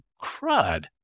crud